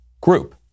group